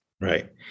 Right